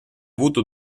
avuto